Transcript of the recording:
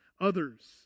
Others